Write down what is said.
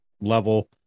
level